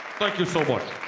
thank you so much.